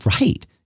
Right